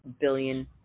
billion